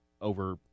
over